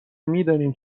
میدانیم